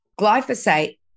glyphosate